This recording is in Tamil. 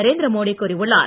நரேந்திரமோடி கூறியுள்ளார்